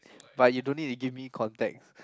but you don't need to give me context